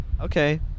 Okay